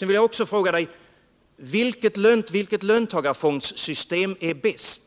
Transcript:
Jag vill också fråga dig: Vilket löntagarfondssystem är bäst